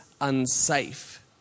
unsafe